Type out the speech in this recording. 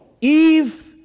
Eve